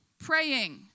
praying